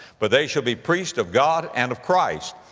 but they shall be priests of god and of christ,